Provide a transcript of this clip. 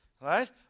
right